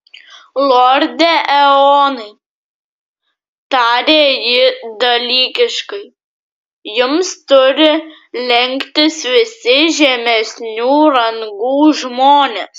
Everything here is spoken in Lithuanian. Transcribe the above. lorde eonai tarė ji dalykiškai jums turi lenktis visi žemesnių rangų žmonės